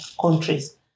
countries